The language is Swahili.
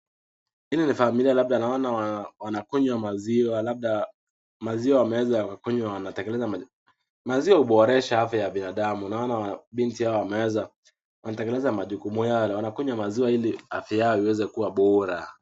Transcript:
Hii ni familia labda naona wanakunywa maziwa. Labda maziwa wameweza wakakunywa wanatengeneza. Maziwa huboresha afya ya binadamu. Naona binti hawa wameweza wanatekeleza majukumu yale. Wanakunywa maziwa ili afya yao iweze kuwa bora.